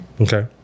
Okay